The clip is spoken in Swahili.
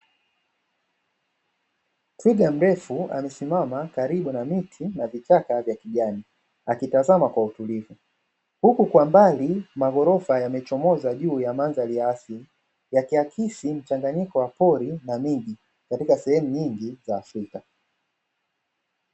Twiga mrefu amesimama karibu na miti na vichaka vya kijani, akitazama kwa utulivu huku kwa mbali maghorofa yamechomoza juu ya mandhari ya asili ya kiakisi mchanganyiko wa pori na miji katika sehemu nyingi za afrika.